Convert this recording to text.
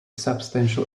substantial